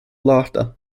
laughter